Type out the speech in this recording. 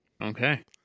Okay